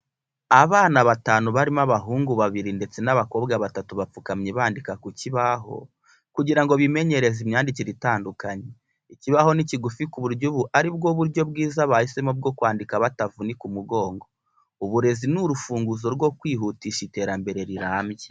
Abana batanu barimo abahungu babiri ndetse n'abakobwa batatu bapfukamye bandika ku kibaho, kugira ngo bimenyereze imyandikire itandukanye. Ikibaho ni kigufi ku buryo ubu ari bwo buryo bwiza bahisemo bwo kwandika batavunika umugongo. Uburezi ni urufunguzo rwo kwihutisha iterambere rirambye.